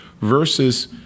versus